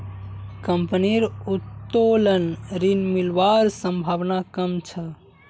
कंपनीर उत्तोलन ऋण मिलवार संभावना कम छ